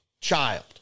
child